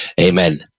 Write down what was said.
Amen